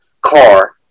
car